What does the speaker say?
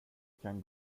kan